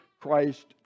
Christ